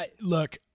look